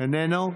איננו,